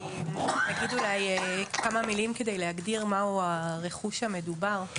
אני אגיד אולי כמה מילים כדי להגדיר מה הוא הרכוש המדובר.